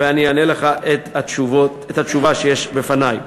ואני אתן לך את התשובה שיש בפני.